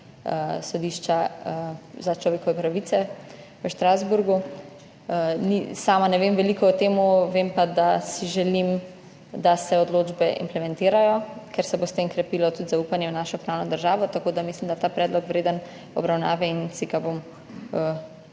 sodišča za človekove pravice v Strasbourgu. Sama ne vem veliko o tem, vem pa, da si želim, da se odločbe implementirajo, ker se bo s tem krepilo tudi zaupanje v našo pravno državo, tako da mislim, da je ta predlog vreden obravnave in si ga bom